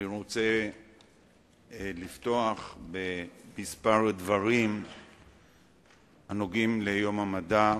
אני רוצה לפתוח בכמה דברים הנוגעים ליום המדע,